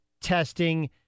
testing